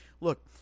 Look